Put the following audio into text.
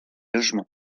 logements